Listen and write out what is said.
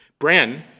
Bren